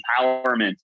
empowerment